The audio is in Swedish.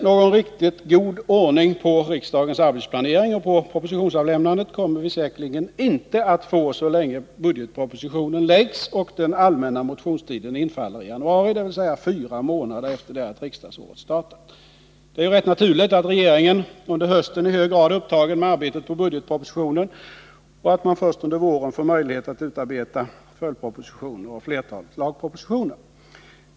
Någon riktigt god ordning på riksdagens arbetsplanering och på propositionsavlämnandet kommer vi säkerligen inte att få så länge budgetpropositionen läggs fram och den allmänna motionstiden infaller i januari, dvs. fyra månader efter det att riksdagsåret startat. Det är ju rätt naturligt att regeringen under hösten i hög grad är upptagen med arbetet på budgetpropositionen och att man först under våren får möjlighet att utarbeta följdpropositioner och flertalet lagpropositioner.